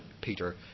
Peter